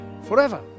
forever